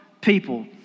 people